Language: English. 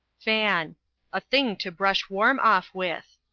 fan a thing to brush warm off with.